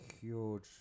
huge